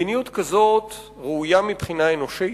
מדיניות כזאת ראויה מבחינה אנושית,